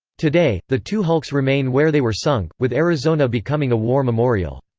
today, the two hulks remain where they were sunk, with arizona becoming a war memorial.